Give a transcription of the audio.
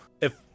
If-